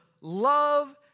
love